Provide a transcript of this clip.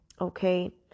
Okay